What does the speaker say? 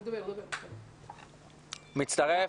מצטרף.